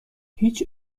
هیچ